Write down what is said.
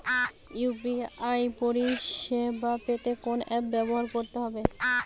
UPI পরিসেবা পেতে কোন অ্যাপ ব্যবহার করতে হবে?